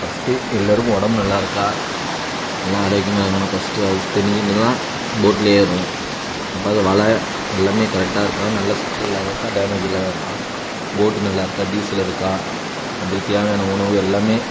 first எல்லோருக்கும் உடம்பு நல்லாயிருக்கா எல்லோரும் ஆரோக்கியமாக இருக்கான்னால் ஃபஸ்ட்டு அதை தெரிஞ்சுக்கின்னு தான் போட்லையே ஏறுவோம் அப்போ அந்த வலை எல்லாமே கரெக்டா இருக்கா நல்லா சிக்கல் இல்லாதா இருக்கா டேமேஜ் இல்லாதா இருக்கா போட்டு நல்லாயிருக்கா டீசல் இருக்கா நம்பளுக்கு தேவையான உணவு எல்லாமே